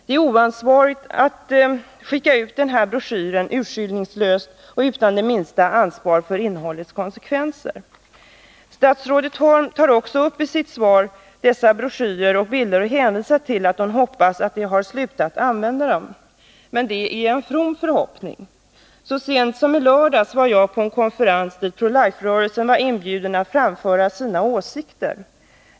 Det är oansvarigt att skicka ut denna broschyr urskillningslöst och utan minsta ansvar för innehållets konsekvenser. Statsrådet Holm tar också upp i sitt svar dessa broschyrer och bilder och säger att hon hoppas att Pro Life har slutat att använda dem. Det är en from förhoppning. Så sent som i lördags var jag på en konferens dit Pro Life-rörelsen var inbjuden att framföra sina åsikter.